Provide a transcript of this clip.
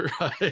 right